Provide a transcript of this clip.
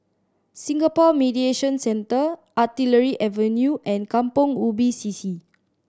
Singapore Mediation Centre Artillery Avenue and Kampong Ubi C C